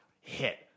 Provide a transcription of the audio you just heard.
hit